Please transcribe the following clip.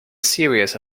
series